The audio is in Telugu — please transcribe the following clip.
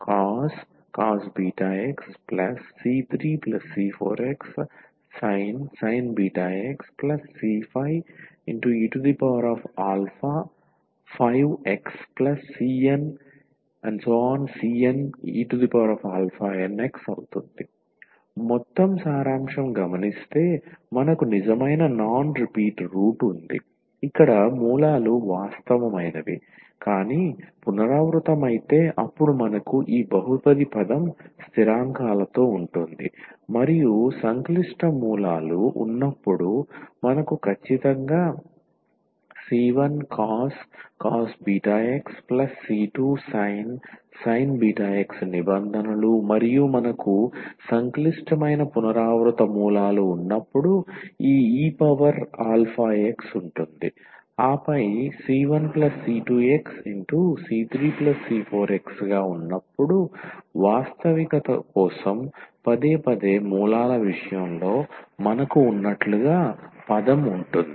కాబట్టి yeαxc1c2xcos βx c3c4xsin βx c5e5xcnenx మొత్తం సారాంశం గమనిస్తే మనకు నిజమైన నాన్ రిపీట్ రూట్ ఉంది ఇక్కడ మూలాలు వాస్తవమైనవి కానీ పునరావృతమైతే అప్పుడు మనకు ఈ బహుపది పదం స్థిరాంకాలతో ఉంటుంది మరియు సంక్లిష్ట మూలాలు ఉన్నప్పుడు మనకు ఖచ్చితంగా c1cos βx c2sin βx నిబంధనలు మరియు మనకు సంక్లిష్టమైన పునరావృత మూలాలు ఉన్నప్పుడు ఈ e పవర్ x ఉంటుంది ఆపై c1c2x c3c4x గా ఉన్నప్పుడు వాస్తవికత కోసం పదేపదే మూలాల విషయంలో మనకు ఉన్నట్లుగా పదం ఉంటుంది